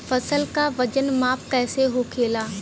फसल का वजन माप कैसे होखेला?